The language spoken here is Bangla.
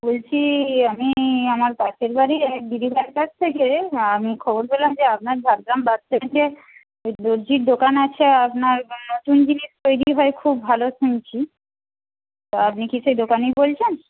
বলছি আমি আমার পাশের বাড়ির এক দিদিভাইয়ের কাছ থেকে আমি খবর পেলাম যে আপনার ঝাড়গ্রাম বাস স্ট্যান্ডে ওই দর্জির দোকান আছে আপনার নতুন জিনিস তৈরি হয় খুব ভালো শুনছি তা আপনি কি সেই দোকানি বলছেন